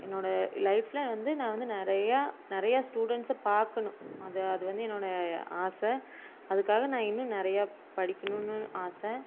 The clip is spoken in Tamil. என்னோடய லைஃப்ல வந்து நான் வந்து நிறையா நிறையா ஸ்டூடெண்ட்ஸை பார்க்கணும் அதை அது வந்து என்னோடய ஆசை அதுக்காக நான் இன்னும் நிறையா படிக்கணும்னு ஆசை